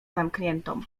zamkniętą